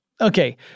Okay